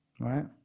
Right